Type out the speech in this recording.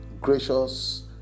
gracious